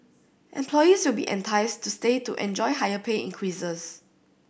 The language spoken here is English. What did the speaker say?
employees will be enticed to stay to enjoy higher pay increases